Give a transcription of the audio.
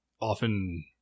often